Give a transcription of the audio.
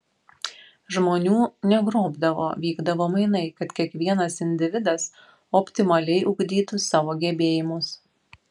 žmonių negrobdavo vykdavo mainai kad kiekvienas individas optimaliai ugdytų savo gebėjimus